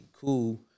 cool